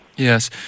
Yes